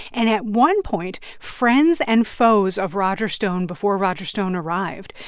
and at one point, friends and foes of roger stone, before roger stone arrived,